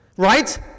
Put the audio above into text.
right